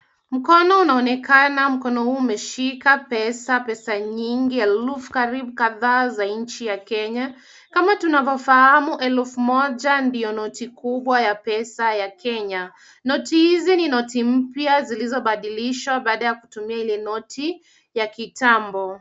Mkono unaonekana mkono umeshika pesa nyingi elfu kadhaa za nchi ya kenya. Kama tunavyofahamu elfu moja ndio noti kubwa ya pesa ya kenya. Noti hizi ni noti mpya zilizobadilishwa baada ya kutumia ile noti ya kitambo.